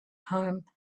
home